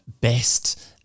best